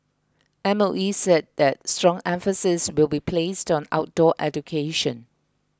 M O E said that strong emphasis will be placed on outdoor education